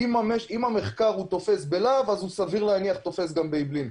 אם המחקר תופס בלהב, סביר להניח שתופס גם באעבלין.